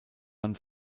man